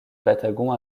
patagon